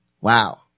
wow